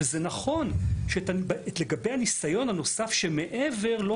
זה נכון שלגבי הניסיון הנוסף שמעבר לא